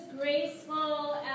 graceful